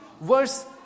verse